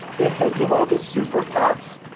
the heads of all the super pacs,